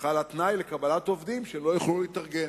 שבכלל התנאי לקבלת עובדים אצלם הוא שהם לא יכולים להתארגן.